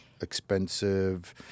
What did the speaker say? expensive